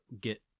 get